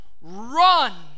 Run